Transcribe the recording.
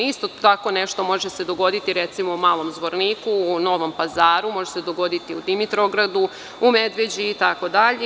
Isto tako nešto može se dogoditi u Malom Zvorniku, u Novom Pazaru, može se dogoditi u Dimitrovgradu, u Medveđi itd.